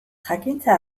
jakintza